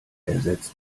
ersetzt